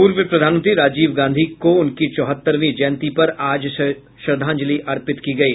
पूर्व प्रधानमंत्री राजीव गांधी को उनकी चौहत्तरवीं जयंती पर आज श्रद्धांजलि अर्पित की गयी